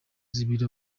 zibiri